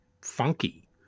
funky